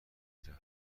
رفتم